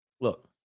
look